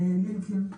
ללינקים,